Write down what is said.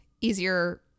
easier